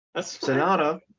Sonata